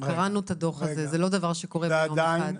קראנו את הדו"ח, זה לא דבר שקורה ביום אחד.